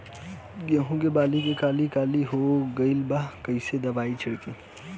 गेहूं के बाली में काली काली हो गइल बा कवन दावा छिड़कि?